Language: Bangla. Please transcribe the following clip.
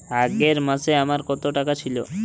আগের মাসে আমার কত টাকা ছিল?